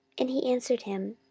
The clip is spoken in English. and he answered him,